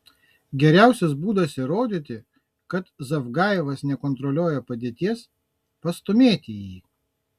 geriausias būdas įrodyti kad zavgajevas nekontroliuoja padėties pastūmėti jį